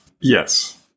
Yes